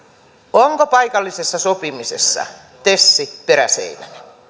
onko paikallisessa sopimisessa tes peräseinänä